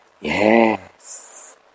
Yes